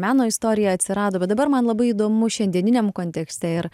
meno istorija atsirado bet dabar man labai įdomu šiandieniniam kontekste ir